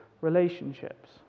relationships